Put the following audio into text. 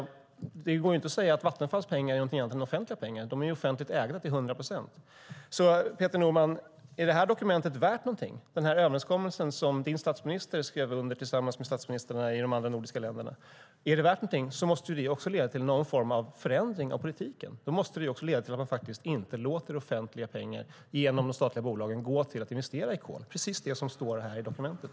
Det går inte att säga att Vattenfalls pengar är någonting annat än offentliga pengar. De är till hundra procent offentligt ägda. Peter Norman, är detta dokument värt någonting, alltså den överenskommelse som din statsminister skrev under tillsammans med statsministrarna i de andra nordiska länderna? Är det värt någonting måste det också leda till någon form av förändring av politiken. Då måste det leda till att man faktiskt inte låter offentliga pengar, genom de statliga bolagen, gå till investeringar i kol. Det är precis det som står i dokumentet.